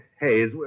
Hayes